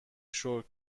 شکر